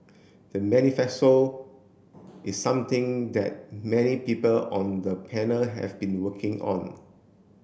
the manifesto is something that many people on the panel have been working on